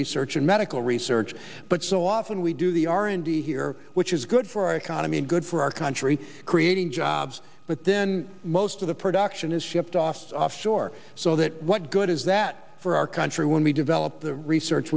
research and medical research but so often we do the r and d here which is good for our economy and good for our country creating jobs but then most of the production is shipped off off shore so that what good is that for our country when we develop the research